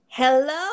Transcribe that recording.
Hello